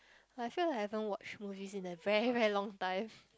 like I feel like I haven't watched movies in a very very long time